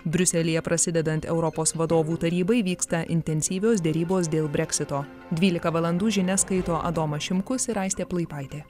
briuselyje prasidedant europos vadovų tarybai vyksta intensyvios derybos dėl breksito dvylika valandų žinias skaito adomas šimkus ir aistė plaipaitė